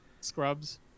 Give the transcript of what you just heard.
Scrubs